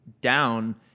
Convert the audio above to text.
down